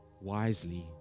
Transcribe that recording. wisely